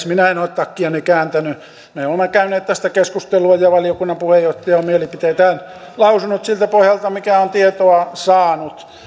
minä en ole takkiani kääntänyt me olemme käyneet tästä keskustelua ja valiokunnan puheenjohtaja on mielipiteitään lausunut siltä pohjalta mitä tietoa on saanut